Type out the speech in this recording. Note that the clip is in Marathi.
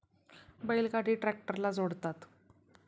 बैल गाडी ट्रॅक्टरला जोडतात